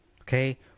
okay